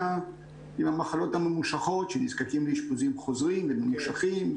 המחלות הממושכות שנזקקים לאשפוזים חוזרים וממושכים,